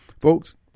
Folks